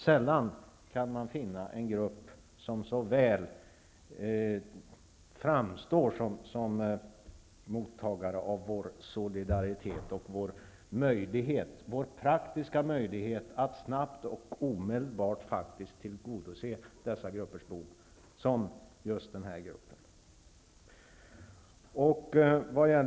Sällan kan man finna en grupp som så väl framstår som mottagare av vår solidaritet och vår praktiska möjlighet att snabbt -- faktiskt omedelbart -- tillgodose ett behov för just den gruppen.